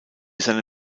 seine